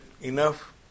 enough